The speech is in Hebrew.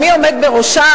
מי עומד בראשה,